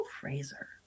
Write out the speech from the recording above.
Fraser